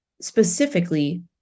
specifically